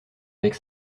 avec